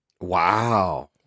wow